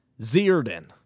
Zierden